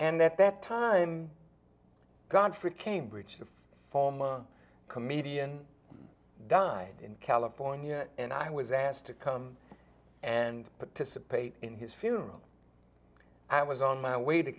and at that time godfrey cambridge to form a comedian died in california and i was asked to come and participate in his film i was on my way to